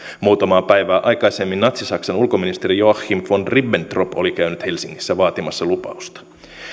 muutamaa päivää aikaisemmin natsi saksan ulkoministeri joachim von ribbentrop oli käynyt helsingissä vaatimassa lupausta